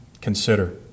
Consider